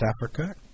Africa